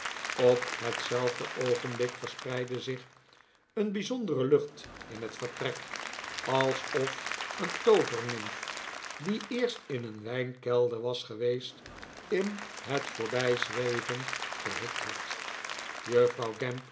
op hetzelfde oogenblik verspreidde zich een bijzondere lucht in het vertrek alsof een tooverr nimf die eerst in een wijnkelder was geweest in het voorbijzweven gehikt had juffrouw